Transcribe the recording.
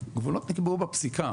נקבעו בפסיקה